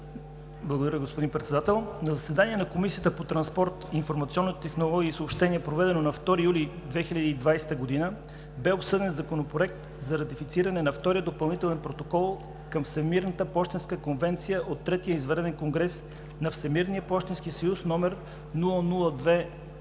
Благодаря, господин Председател. „На заседание на Комисията по транспорт, информационни технологии и съобщения, проведено на 2 юли 2020 г., бе обсъден Законопроект за ратифициране на Втория допълнителен протокол към Всемирната пощенска конвенция от третия извънреден конгрес на Всемирния пощенски съюз, №